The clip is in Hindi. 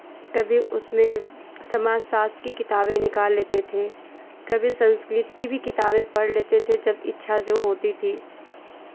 कभी उसमें समाज शास्त्र की किताबें निकाल लेते थे कभी संस्कृत की भी किताबें पढ़ लेते थे जब इच्छा जो होती थी